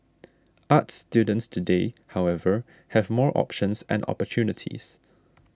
arts students today however have more options and opportunities